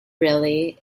really